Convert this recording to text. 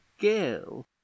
girl